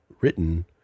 written